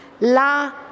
la